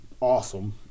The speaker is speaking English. Awesome